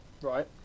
Right